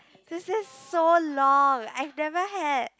this is so long I've never had